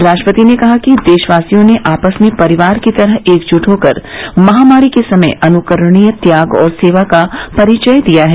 राष्ट्रपति ने कहा कि देशवासियों ने आपस में परिवार की तरह एकजुट होकर महामारी के समय अनुकरणीय त्याग और सेवा का परिचय दिया है